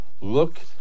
Look